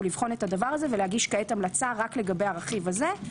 לבחון את הדבר הזה ולהגיש כעת המלצה רק לגבי הרכיב הזה,